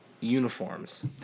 uniforms